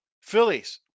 Phillies